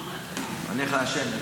--- כנסת נכבדה,